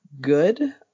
good